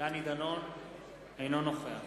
אינו נוכח